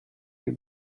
you